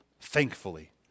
thankfully